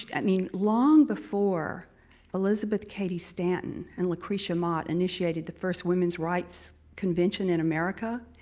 i mean, long before elizabeth cady stanton and lucretia mott initiated the first womens' rights convention in america,